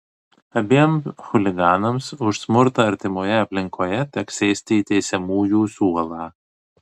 abiem chuliganams už smurtą artimoje aplinkoje teks sėsti į teisiamųjų suolą